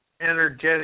energetic